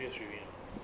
没有 streaming ah